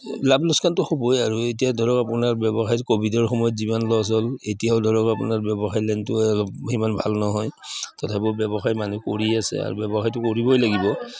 লাভ লোকচানটো হ'বই আৰু এতিয়া ধৰক আপোনাৰ ব্যৱসায় ক'ভিডৰ সময়ত যিমান লছ হ'ল এতিয়াও ধৰক আপোনাৰ ব্যৱসায় লেনটোৱে অলপ সিমান ভাল নহয় তথাপি ব্যৱসায় মানুহ কৰি আছে আৰু ব্যৱসায়টো কৰিবই লাগিব